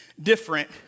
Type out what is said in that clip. different